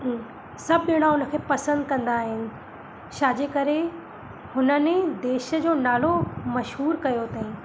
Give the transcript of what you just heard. सभु जणा उनखे पसंदि कंदा आहिनि छाजे करे हुननि देश जो नालो मशहूरु कयो अथई